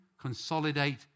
consolidate